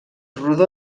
rodó